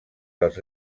dels